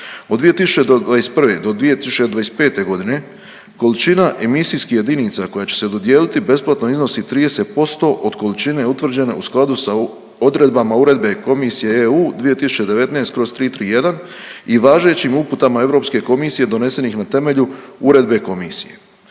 Od 2021. do 2025. g. količina emisijskih jedinica koje će se dodijeliti besplatno iznosi 30% od količine utvrđene u skladu sa odredbama Uredbe Komisije EU 2019/331 i važećim uputama EK-a na temelju uredbe Komisije.